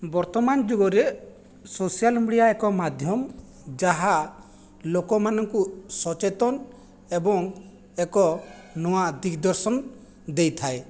ବର୍ତ୍ତମାନ ଯୁଗରେ social media ଏକ ମାଧ୍ୟମ ଯାହା ଲୋକମାନଙ୍କୁ ସଚେତନ ଏବଂ ଏକ ନୂଆ ଦିଗଦର୍ଶନ ଦେଇଥାଏ